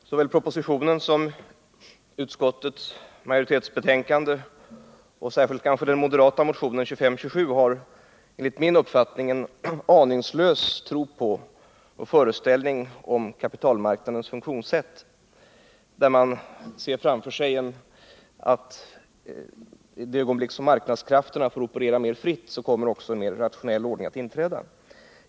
Herr talman! Såväl propositionen som utskottets majoritetsbetänkande, och kanske särskilt den moderata motionen 2527, präglas enligt min uppfattning av en aningslös tro på och föreställning om kapitalmarknadens funktionssätt. Man ser framför sig att i det ögonblick som marknadskrafterna får operera mer fritt kommer också en mer rationell ordning att inträda.